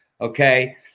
Okay